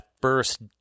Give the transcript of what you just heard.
first